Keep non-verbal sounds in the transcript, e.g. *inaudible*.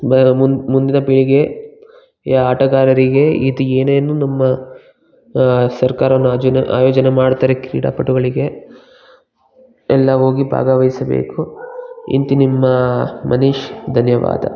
ಮ ಮುಂದಿನ ಪೀಳಿಗೆಯ ಆಟಗಾರರಿಗೆ ಇದು ಏನೇನು ನಮ್ಮ ಸರ್ಕಾರ *unintelligible* ಆಯೋಜನೆ ಮಾಡ್ತಾರೆ ಕ್ರೀಡಾಪಟುಗಳಿಗೆ ಎಲ್ಲ ಹೋಗಿ ಭಾಗವಹಿಸಬೇಕು ಇಂತಿ ನಿಮ್ಮ ಮನೀಶ್ ಧನ್ಯವಾದ